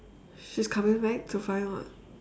she's coming back to find what